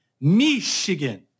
Michigan